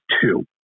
two